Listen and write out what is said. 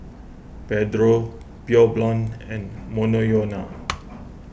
Pedro Pure Blonde and Monoyono